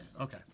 okay